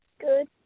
Good